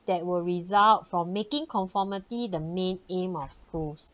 that will result from making conformity the main aim of schools